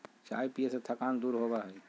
चाय पीये से थकान दूर होबा हई